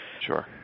Sure